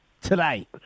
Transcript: today